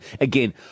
Again